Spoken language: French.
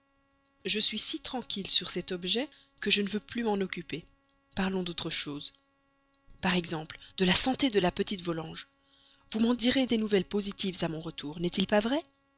je suis si tranquille sur cet objet que je ne veux plus m'en occuper parlons d'autre chose par exemple de la santé de la petite volanges vous m'en direz des nouvelles positives à mon retour n'est-il pas vrai